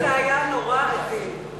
שזה היה נורא עדין.